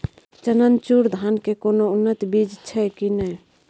चननचूर धान के कोनो उन्नत बीज छै कि नय?